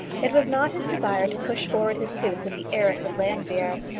it was not his desire to push forward his suit with the heiress of llanfeare.